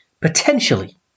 potentially